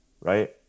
right